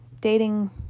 dating